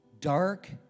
dark